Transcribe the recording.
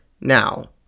now